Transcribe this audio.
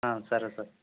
సరే సార్